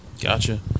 Gotcha